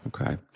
Okay